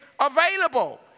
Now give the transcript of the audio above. available